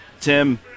Tim